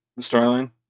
Starline